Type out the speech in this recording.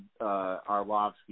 Arlovsky